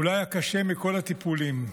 אולי הקשה מכל הטיפולים.